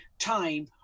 time